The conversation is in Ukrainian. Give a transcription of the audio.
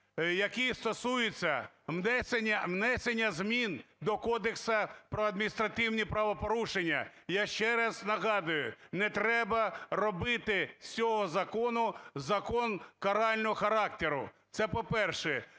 які стосуються внесення змін до Кодексу про адміністративні правопорушення. І я ще раз нагадую, не треба робити з цього закону закон карального характеру. Це, по-перше.